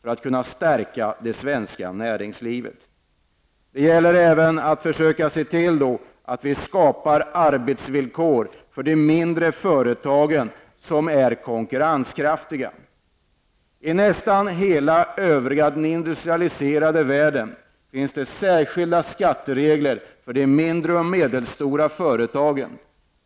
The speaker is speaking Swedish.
Det gäller att försöka se till att vi för de mindre företagen skapar arbetsvillkor som gör verksamheten konkurrenskraftig. I nästan hela den övriga industrialiserade världen finns det särskilda skatteregler för de mindre och medelstora företagen.